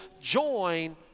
join